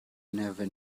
never